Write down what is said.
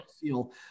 feel